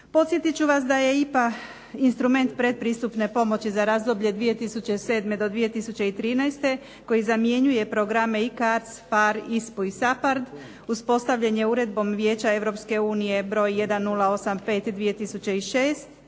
Podsjetit ću vas da je IPA instrument predpristupne pomoći za razdoblje 2007. i 2013. koji zamjenjuje programe i CARDS, FAR, ISPU i SAPARD, uspostavljen je uredbom Vijeća Europske unije